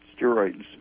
steroids